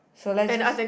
so let just